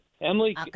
Emily